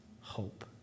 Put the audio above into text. hope